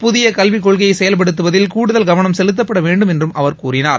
புதிய கல்விக் கொள்கையை செயல்படுத்துவதில் கூடுதல் கவனம் செலுத்தப்பட வேண்டும் என்று அவர் கூறினார்